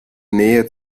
nähe